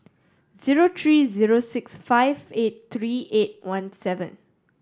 zero three zero six five eight three eight one seven